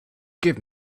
give